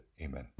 Amen